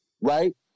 right